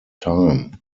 time